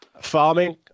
farming